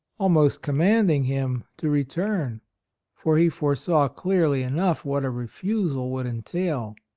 almost com manding him, to return for he foresaw clearly enough what a refusal would entail.